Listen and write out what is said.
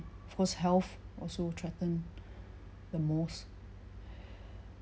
of course health also threatened the most